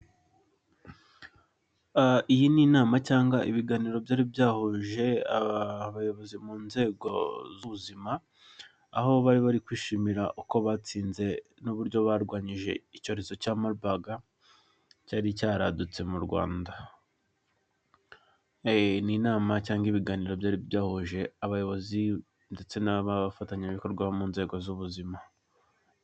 Iyi n'inama cyangwa ibiganiro byari byahuje abayobozi mu nzego z'ubuzima aho bari bari kwishimira uko batsinze n'uburyo barwanyije icyorezo cya mabaga cyari cyari cyaradutse mu Rwanda. N'inama cyangwa ibiganiro byari byahuje abayobozi ndetse n'abafatanyabikorwa mu nzego z'ubuzima.